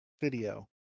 video